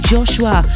Joshua